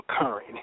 occurring